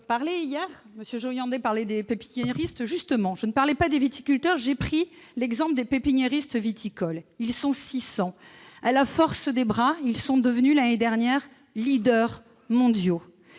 des emplois saisonniers. Hier, j'ai pris l'exemple des pépiniéristes viticoles. Ils sont 600. À la force des bras, ils sont devenus l'année dernière mondiaux.